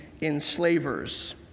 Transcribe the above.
enslavers